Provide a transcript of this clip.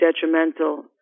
detrimental